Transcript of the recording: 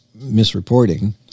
misreporting